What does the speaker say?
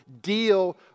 deal